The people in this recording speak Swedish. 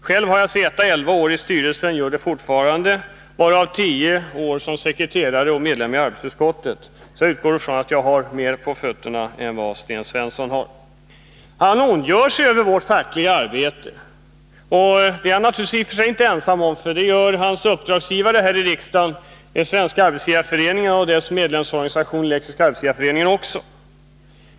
Själv har jag i elva år suttit i styrelsen där — och gör det fortfarande — varav tio år som sekreterare och medlem i arbetsutskottet, varför jag utgår från att jag har ”mer på fötterna” än vad Sten Svensson har. Han ondgör sig över vårt fackliga arbete. Det är han naturligtvis i och för sig inte ensam om att göra — det gör hans uppdragsgivare här i riksdagen, Svenska arbetsgivareföreningen och dess medlemsorganisation Elektriska arbetsgivareföreningen, också.